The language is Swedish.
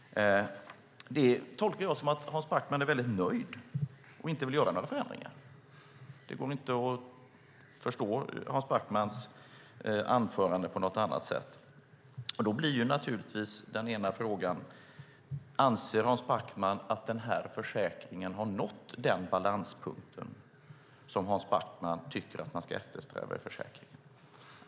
Det tolkar jag så att Hans Backman är väldigt nöjd och inte vill göra några förändringar. Det går inte att förstå Hans Backmans anförande på något annat sätt. Då blir frågan: Anser Hans Backman att den här försäkringen har nått den balanspunkt som Hans Backman tycker att man ska eftersträva i försäkringen?